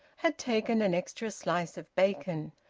had taken an extra slice of bacon.